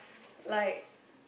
like